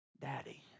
daddy